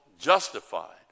justified